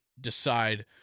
decide